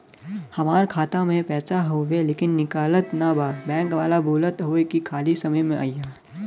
हमार खाता में पैसा हवुवे लेकिन निकलत ना बा बैंक वाला बोलत हऊवे की खाली समय में अईहा